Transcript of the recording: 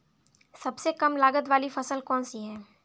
सबसे कम लागत वाली फसल कौन सी है?